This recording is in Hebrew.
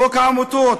חוק העמותות,